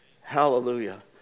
Hallelujah